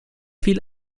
viel